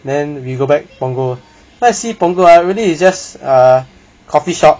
then we go back punggol then I see punggol ah is really just err coffeeshop